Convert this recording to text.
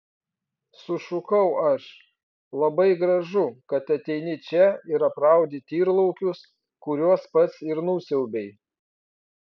sušukau aš labai gražu kad ateini čia ir apraudi tyrlaukius kuriuos pats ir nusiaubei